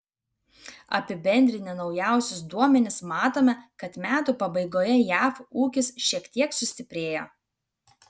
apibendrinę naujausius duomenis matome kad metų pabaigoje jav ūkis šiek tiek sustiprėjo